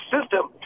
system